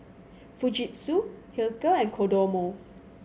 Fujitsu Hilker and Kodomo